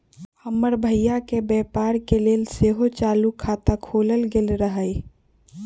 हमर भइया के व्यापार के लेल सेहो चालू खता खोलायल गेल रहइ